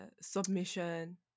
submission